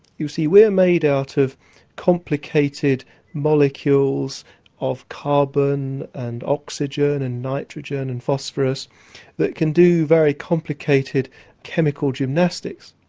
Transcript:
you see, we're made out of complicated molecules of carbon and oxygen and nitrogen and phosphorous that can do very complicated chemical gymnastics.